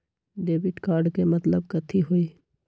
Debit card के मतलब कथी होई?